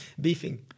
beefing